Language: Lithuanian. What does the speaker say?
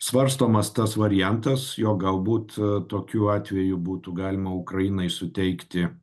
svarstomas tas variantas jog galbūt tokiu atveju būtų galima ukrainai suteikti